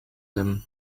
them